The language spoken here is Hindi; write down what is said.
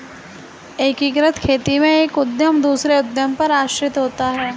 एकीकृत खेती में एक उद्धम दूसरे उद्धम पर आश्रित होता है